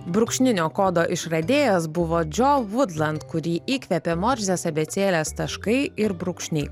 brūkšninio kodo išradėjas buvo džio vudland kurį įkvėpė morzės abėcėlės taškai ir brūkšniai